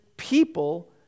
People